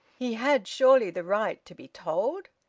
he had surely the right to be told.